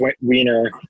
Wiener